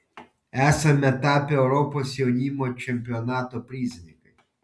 esame tapę europos jaunimo čempionato prizininkais